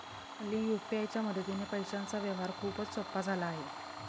हल्ली यू.पी.आय च्या मदतीने पैशांचा व्यवहार खूपच सोपा झाला आहे